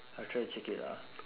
I'll try to check it out ah